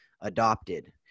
adopted